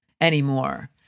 anymore